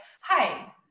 hi